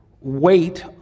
wait